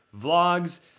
Vlogs